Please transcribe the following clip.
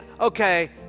Okay